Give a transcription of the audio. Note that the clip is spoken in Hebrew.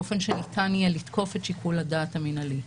באופן שניתן יהיה לתקוף את שיקול הדעת המנהלי.